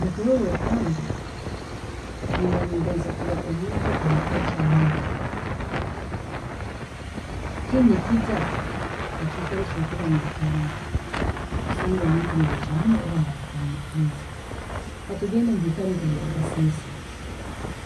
Mukurola kwange, nimba ningonza kuba omuntu arikwookya muno, kinu nikiija kuruga mukiikaro eki okuba noyikaramu, kusanga omuntu nayokya muno oba nafuka muno, katugende mubicweeka nkebya Kasese,